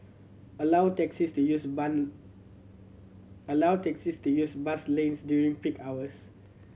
allow taxis to use allow taxis to use bus lanes during peak hours